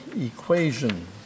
equation